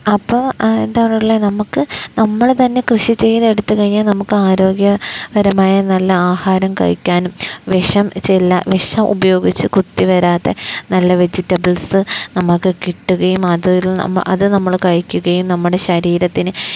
അപ്പം എന്താണുള്ളത് നമുക്ക് നമ്മള് തന്നെ കൃഷി ചെയ്തെടുത്തുകഴിഞ്ഞാൽ നമുക്ക് ആരോഗ്യപരമായ നല്ല ആഹാരം കഴിക്കാനും വിഷം വിഷം ഉപയോഗിച്ച് കുത്തി വരാത്ത നല്ല വെജിറ്റബിൾസ് നമുക്ക് കിട്ടുകയും അത് നമ്മള് കഴിക്കുകയും നമ്മുടെ ശരീരത്തിന്